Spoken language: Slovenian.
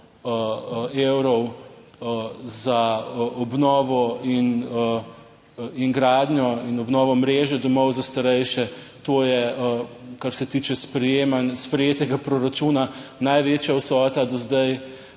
evrov za obnovo in in gradnjo in obnovo mreže domov za starejše. To je kar se tiče sprejemanja sprejetega proračuna največja vsota do zdaj